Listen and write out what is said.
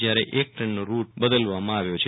જયારે એક ટ્રેનનો રૂટ બદલવામાં આવ્યો છે